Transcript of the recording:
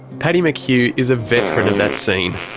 paddy mchugh is a veteran of that scene,